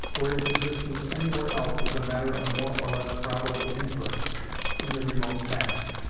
for its existence anywhere else is a matter of more or less probable inference in the remote past.